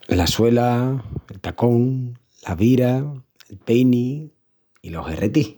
La suela, el tacón, la vira, el peini i los herretis.